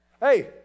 Hey